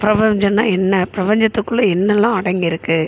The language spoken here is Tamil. பிரபஞ்சம்னா என்ன பிரபஞ்சத்துக்குள்ளே என்னெல்லாம் அடங்கி இருக்குது